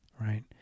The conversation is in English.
Right